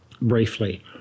briefly